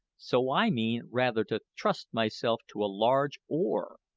so i mean rather to trust myself to a large oar.